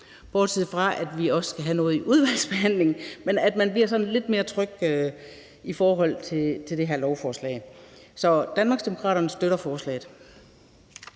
over at vi også skal have en udvalgsbehandling, at man bliver lidt mere tryg ved det her lovforslag. Så Danmarksdemokraterne støtter forslaget.